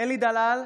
אלי דלל,